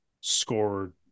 scored